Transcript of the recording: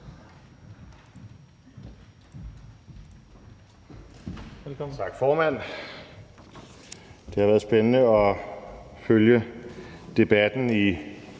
Tak, formand. Det har været spændende at følge debatten